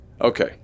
Okay